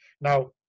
Now